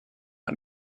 not